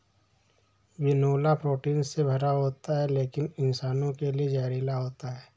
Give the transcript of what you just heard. बिनौला प्रोटीन से भरा होता है लेकिन इंसानों के लिए जहरीला होता है